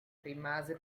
rimase